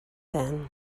then